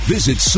Visit